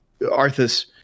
Arthas